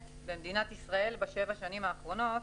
במדינת ישראל בשבע השנים האחרונות.